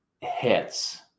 hits